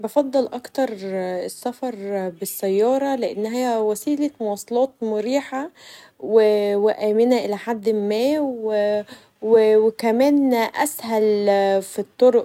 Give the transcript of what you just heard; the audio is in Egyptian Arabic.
بفكر اكتر السفر بالسياره لأنها وسيله مواصلات مريحه و آمنه الي حد ما و كمان اسهل في الطرق.